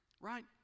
right